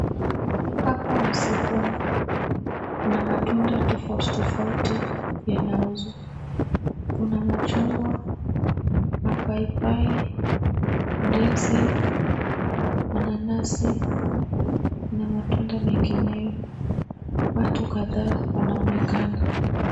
Hapa ni sokoni. Kuna matunda tofauti tofauti yanauzwa. Kuna machungwa, mapaipai, ndizi, mananasi na matunda mengineyo. Watu kadhaa wanaonekana.